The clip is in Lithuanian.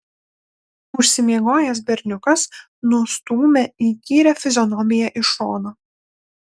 užsimiegojęs berniukas nustūmė įkyrią fizionomiją į šoną